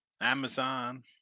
Amazon